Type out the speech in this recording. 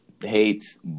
hates